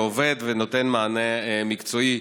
עובד ונותן מענה מקצועי,